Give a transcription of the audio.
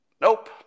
Nope